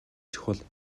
чухал